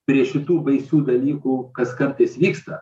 prie šitų baisių dalykų kas kartais vyksta